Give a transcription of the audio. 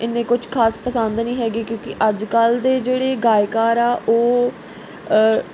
ਇੰਨੇ ਕੁਝ ਖ਼ਾਸ ਪਸੰਦ ਨਹੀਂ ਹੈਗੇ ਕਿਉਂਕਿ ਅੱਜ ਕੱਲ੍ਹ ਦੇ ਜਿਹੜੇ ਗਾਇਕਾਰ ਆ ਉਹ